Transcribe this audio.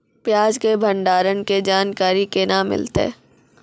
प्याज के भंडारण के जानकारी केना मिलतै?